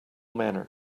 manner